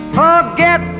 forget